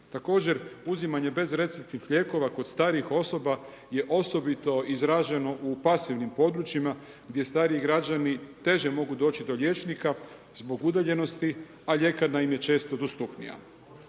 Također uzimanje bezreceptnih lijekova kod starih osoba je osobito izražen u pasivnim područjima gdje stariji građani teže mogu doći do liječnika zbog udaljenosti, a ljekarna im je često dostupnija.